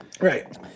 Right